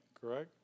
correct